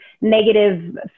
negative